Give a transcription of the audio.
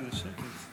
כן, איזה שקט.